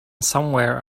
somewhere